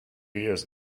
years